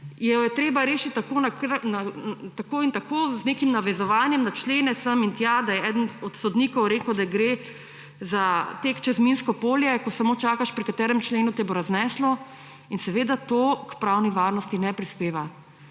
jo je treba rešiti tako in tako z nekim navezovanjem na člene sem in tja, da je eden od sodnikov rekel, da gre za tek čez minsko polje, ko samo čakaš, pri katerem členu te bo razneslo. In seveda to k pravni varnosti ne prispeva.